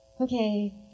Okay